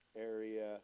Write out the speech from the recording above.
area